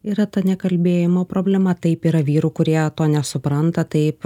yra ta nekalbėjimo problema taip yra vyrų kurie to nesupranta taip